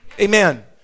Amen